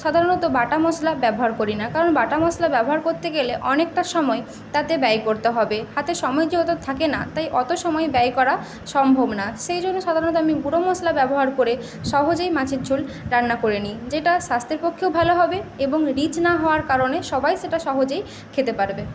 সাধারণত বাটা মশলা ব্যবহার করি না কারণ বাটা মশলা ব্যবহার করতে গেলে অনেকটা সময় তাতে ব্যয় করতে হবে হাতে সময় তো অত থাকে না তাই অত সময় ব্যয় করা সম্ভব না সেই জন্য সাধারণত আমি গুঁড়ো মশলা ব্যবহার করে সহজেই মাছের ঝোল রান্না করে নিই যেটা স্বাস্থ্যের পক্ষেও ভালো হবে এবং রিচ না হওয়ার কারণে সবাই সেটা সহজেই খেতে পারবে